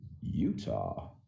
Utah